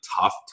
tough